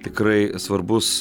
tikrai svarbus